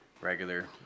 regular